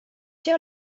see